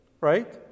right